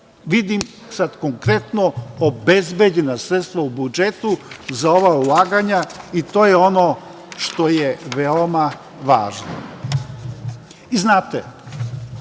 Vidim sada konkretno obezbeđena sredstva u budžetu za ova ulaganja i to je ono što je veoma važno. Znate,